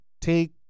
take